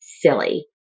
silly